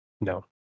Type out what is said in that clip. No